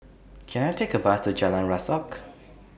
Can I Take A Bus to Jalan Rasok